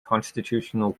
constitutional